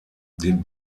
den